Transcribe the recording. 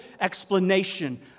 explanation